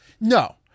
No